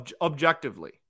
Objectively